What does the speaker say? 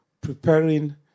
preparing